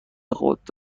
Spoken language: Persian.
خود